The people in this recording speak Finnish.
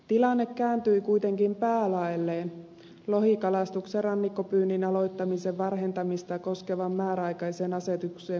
tilanne kääntyi kuitenkin päälaelleen lohikalastuksen rannikkopyynnin aloittamisen varhentamista koskevan määräaikaisen asetuksen myötä